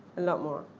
a lot more.